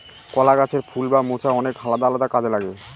কলা গাছের ফুল বা মোচা অনেক আলাদা আলাদা কাজে লাগে